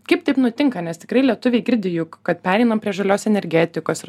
kaip taip nutinka nes tikrai lietuviai girdi juk kad pereinam prie žalios energetikos ir